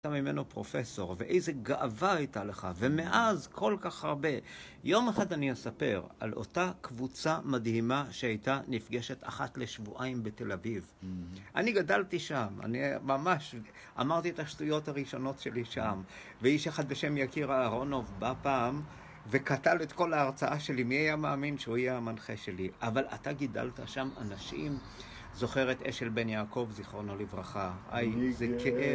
...ת ממנו פרופסור, ואיזה גאווה הייתה לך, ומאז כל כך הרבה. יום אחד אני אספר על אותה קבוצה מדהימה שהייתה נפגשת אחת לשבועיים בתל אביב. הממ-הממ. אני גדלתי שם. אני א-ממש אמרתי את השטויות הראשונות שלי שם. ואיש אחד בשם יקיר אהרונוב בא פעם, וכתב את כל ההרצאה שלי. מי היה מאמין שהוא יהיה המנחה שלי? אבל אתה גידלת שם אנשים. זוכר את אשל בן יעקב זיכרונו לברכה. הממ-הממ. איזה כאב.